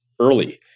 early